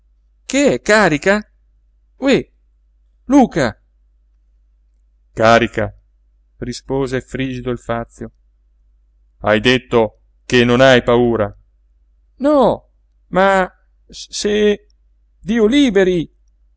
che è carica ohé luca carica rispose frigido il fazio hai detto che non hai paura no ma se dio liberi